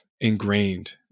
ingrained